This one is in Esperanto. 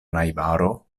najbaro